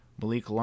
Malik